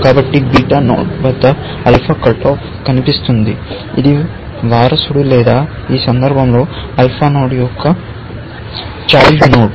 కాబట్టి beta node వద్ద alpha cut off కనిపిస్తుంది ఇది వారసుడు లేదా ఈ సందర్భంలో ఆల్ఫా నోడ్ యొక్క చైల్డ్ నోడ్